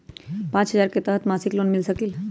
पाँच हजार के तहत मासिक लोन मिल सकील?